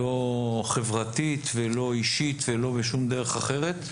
לא חברתית ולא אישית ולא בשום דרך אחרת.